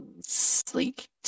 Sleek